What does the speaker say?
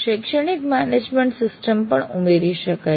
શૈક્ષણિક management system પણ ઉમેરી શકાય છે